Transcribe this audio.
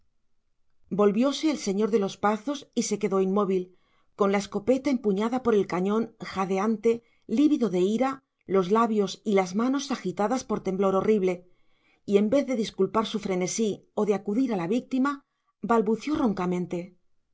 pedro volvióse el señor de los pazos y se quedó inmóvil con la escopeta empuñada por el cañón jadeante lívido de ira los labios y las manos agitadas por temblor horrible y en vez de disculpar su frenesí o de acudir a la víctima balbució roncamente